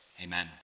Amen